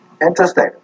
Interesting